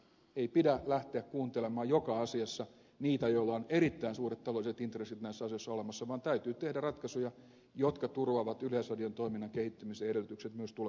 ei pidä lähteä kuuntelemaan joka asiassa niitä joilla on erittäin suuret taloudelliset intressit näissä asioissa olemassa vaan täytyy tehdä ratkaisuja jotka turvaavat yleisradion toiminnan kehittymisen edellytykset myös tulevina vuosina